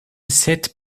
sit